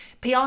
PR